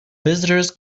visitors